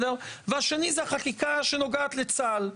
השני זה החקיקה שנוגעת לצה"ל.